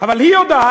אבל היא יודעת.